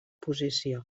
posició